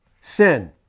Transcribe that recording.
sin